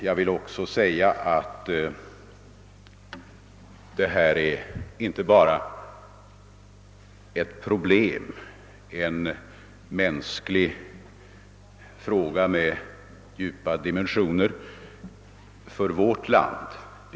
Det är ju en fråga med djupa dimensioner som rör människorna inte bara i vårt land utan även i andra länder.